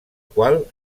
qual